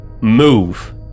move